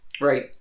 Right